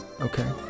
Okay